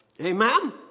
Amen